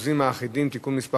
צער בעלי-חיים (הגנה על בעלי-חיים) (תיקון מס'